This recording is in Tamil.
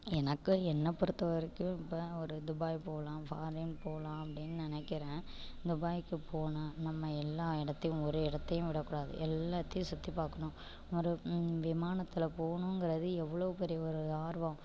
எனக்கு என்ன பொறுத்தவரைக்கும் இப்போ ஒரு துபாய் போகலாம் ஃபாரின் போகலாம் அப்படின்னு நினைக்கிறேன் துபாய்க்கு போனால் நம்ம எல்லா இடத்தையும் ஒரு இடத்தையும் விடக்கூடாது எல்லாத்தையும் சுற்றிப் பார்க்கணும் ஒரு விமானத்துல போகணுங்கிறது எவ்வளோ பெரிய ஒரு ஆர்வம்